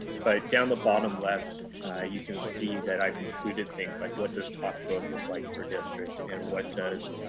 but down the bottom left you can see that i've included things like what does top growth look like for a district? and what does